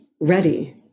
ready